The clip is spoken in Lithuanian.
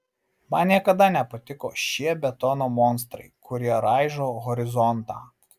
man niekada nepatiko šie betono monstrai kurie raižo horizontą